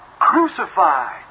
crucified